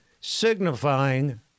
signifying